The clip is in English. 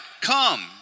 come